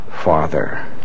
Father